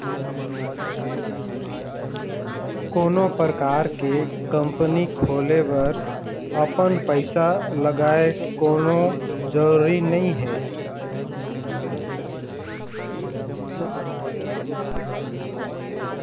कोनो परकार के कंपनी खोले बर अपन पइसा लगय कोनो जरुरी नइ हे